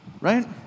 right